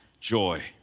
joy